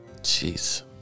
Jeez